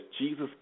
Jesus